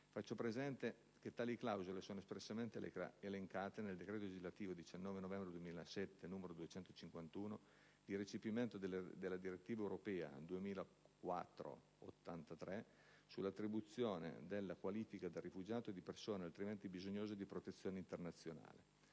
faccio presente che tali clausole sono espressamente elencate nel decreto legislativo 19 novembre 2007, n. 251, di recepimento della direttiva europea 2004/83/CE sull'attribuzione della qualifica del rifugiato o di persona altrimenti bisognosa di protezione internazionale.